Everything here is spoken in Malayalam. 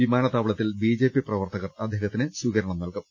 വിമാനത്താവളത്തിൽ ബിജെപി പ്രവർത്തകർ അദ്ദേഹത്തിന് സ്വീകരണം നൽകും